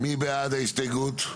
מי בעד ההסתייגות?